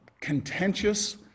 contentious